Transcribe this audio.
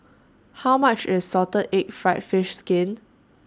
How much IS Salted Egg Fried Fish Skin